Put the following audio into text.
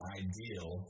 ideal